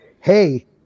hey